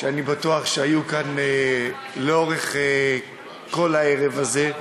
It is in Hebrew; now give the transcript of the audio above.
שאני בטוח שהיו כאן לאורך כל הערב הזה.